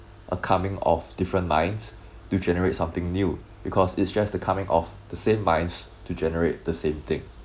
a coming of different lines to generate something new because it's just the coming of the same minds to generate the same thing